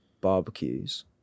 barbecues